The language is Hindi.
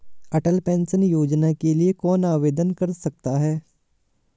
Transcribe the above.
अटल पेंशन योजना के लिए कौन आवेदन कर सकता है?